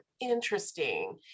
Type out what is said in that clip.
interesting